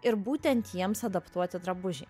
ir būtent jiems adaptuoti drabužiai